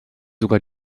sogar